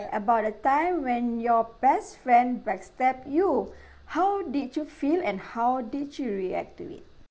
about a time when your best friend backstab you how did you feel and how did you react to it